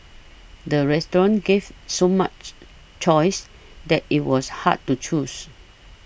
the restaurant gave so much choices that it was hard to choose